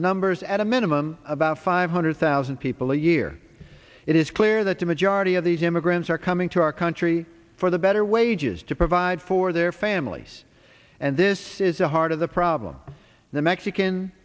numbers at a minimum about five hundred thousand people a year it is clear that the majority of these immigrants are coming to our country for the better wages to provide for their families and this is the heart of the problem the mexican